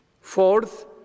Fourth